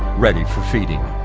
ready for feeding.